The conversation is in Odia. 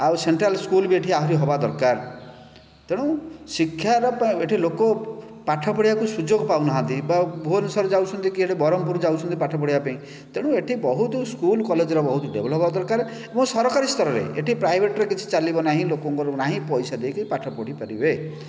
ଆଉ ସେଣ୍ଟ୍ରାଲ୍ ସ୍କୁଲ୍ ବି ଏଠି ଆହୁରି ହେବା ଦରକାର ତେଣୁ ଶିକ୍ଷା ପାଇଁ ଏଠି ଲୋକ ପାଠ ପଢ଼ିବାକୁ ସୁଯୋଗ ପାଉନାହାନ୍ତି କିମ୍ବା ଭୁବନେଶ୍ୱର ଯାଉଛନ୍ତି କି ବରଂମପୁର ଯାଉଛନ୍ତି ପାଠ ପଢ଼ିବା ପାଇଁ ତେଣୁ ଏଇଠି ବହୁତ ସ୍କୁଲ୍ କଲେଜ୍ର ବହୁତ ଡେଭ୍ଲପ୍ ହେବା ଦରକାର୍ ଓ ସରକାର ସ୍ତରରେ ଏଠି ପ୍ରାଇଭେଟ୍ରେ କିଛି ଚାଲିବ ନାହିଁ ଲୋକଙ୍କର ନାହିଁ ପଇସା ଦେଇକି ପାଠ ପଢ଼ିପାରିବେ